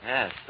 Yes